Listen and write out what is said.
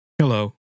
Hello